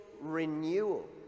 renewal